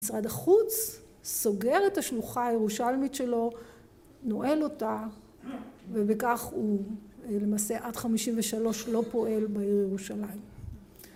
משרד החוץ סוגר את השלוכה הירושלמית שלו, נועל אותה, ובכך הוא למעשה עד 53 לא פועל בעיר ירושלים